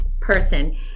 person